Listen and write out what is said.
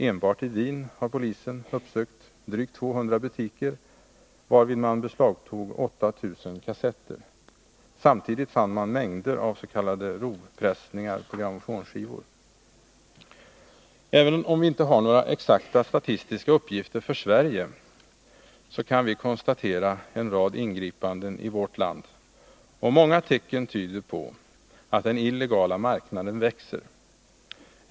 Enbart i Wien har polisen uppsökt drygt 200 butiker, varvid man beslagtog 8 000 kassetter. Samtidigt fann man mängder av s.k. rovpressningar på grammofonskivor. Även om vi inte har några exakta statistiska uppgifter för Sverige, så kan vi konstatera en rad ingripanden i vårt land, och många tecken tyder på att den illegala marknaden växer.